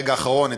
ברגע האחרון,